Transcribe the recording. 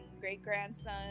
great-grandson